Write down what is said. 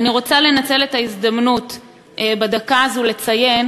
ואני רוצה לנצל את ההזדמנות בדקה הזאת לציין